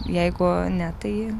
jeigu ne tai